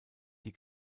die